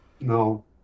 no